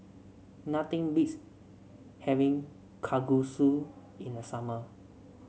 nothing beats having Kalguksu in the summer